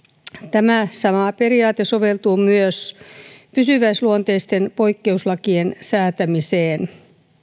tämä sama periaate soveltuu myös pysyväisluonteisten poikkeuslakien säätämiseen